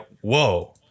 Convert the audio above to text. whoa